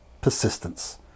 persistence